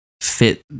fit